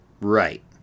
Right